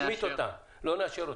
לא נאשר אותם.